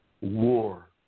war